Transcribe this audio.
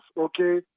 okay